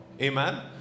Amen